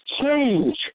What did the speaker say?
change